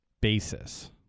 basis